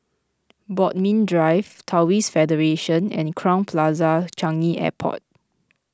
Bodmin Drive Taoist Federation and Crowne Plaza Changi Airport